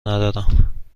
ندارم